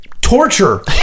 Torture